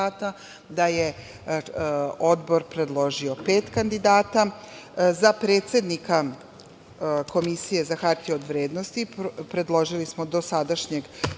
da je Odbor predložio pet kandidata.Za predsednika Komisije za hartije od vrednosti predložili smo dosadašnjeg